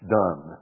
done